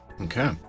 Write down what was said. Okay